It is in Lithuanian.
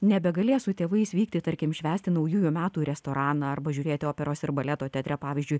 nebegalės su tėvais vykti tarkim švęsti naujųjų metų į restoraną arba žiūrėti operos ir baleto teatre pavyzdžiui